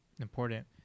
important